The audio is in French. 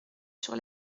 sur